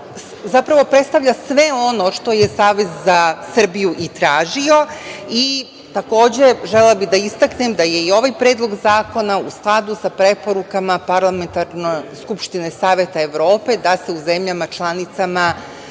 zapravo predstavlja sve ono što je Savez za Srbiju i tražio. Takođe, želela bih da istaknem da je i ovaj predlog zakona u skladu sa preporukama Parlamentarne skupštine Saveta Evrope, da se u zemljama članicama